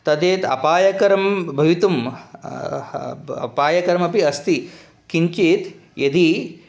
तदेत् अपायकरं भवितुम् अपायकरमपि अस्ति किञ्चित् यदि